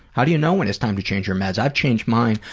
how do you know when it's time to change your meds? i've changed mine.